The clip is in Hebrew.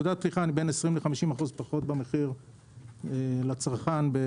20% 50% פחות מאשר אסם בכל מה שקשור במחיר לצרכן.